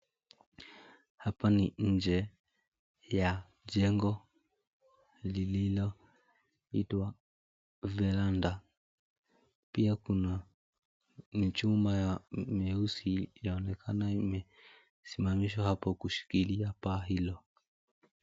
Hapa ni mje ya jengo lililoitwa veranda. Pia kuna chuma ya nyeusi inaonekana imesimamishwa hapo kushikilia paa hilo.